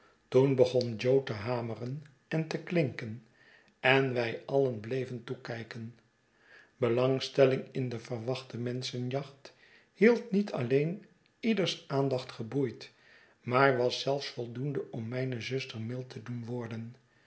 toen begon jo te hameren en te klinken en wij alien bleven toekijken belangstelling in de verwachte menschenjacht hield niet alleen ieders aandacht geboeid maar was zelfs voldoende om mijne zuster mild te doen worden